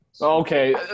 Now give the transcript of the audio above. Okay